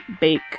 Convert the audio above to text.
Bake